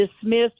dismissed